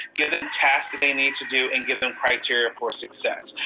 give them tasks that they need to do and give them criteria for success.